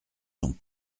sont